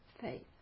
faith